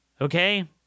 Okay